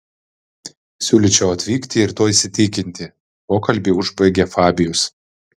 siūlyčiau atvykti ir tuo įsitikinti pokalbį užbaigė fabijus